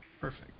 Perfect